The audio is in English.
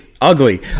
Ugly